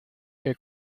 que